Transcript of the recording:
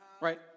right